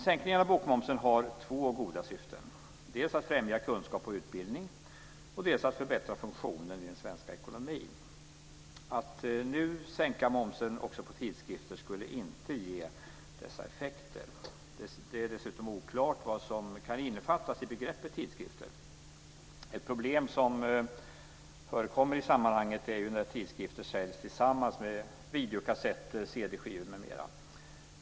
Sänkningen av bokmomsen har två goda syften, dels att främja kunskap och utbildning, dels att förbättra funktionen i den svenska ekonomin. Att nu sänka momsen också på tidskrifter skulle inte ge dessa effekter. Det är dessutom oklart vad som kan innefattas i begreppet tidskrifter. Ett problem som förekommer i sammanhanget är ju när tidskrifter säljs tillsammans med videokassetter, cd-skivor m.m.